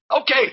Okay